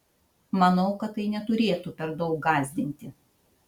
manau kad tai neturėtų per daug gąsdinti